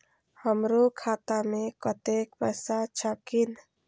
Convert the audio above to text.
हमरो खाता में कतेक पैसा छकीन?